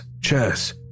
chess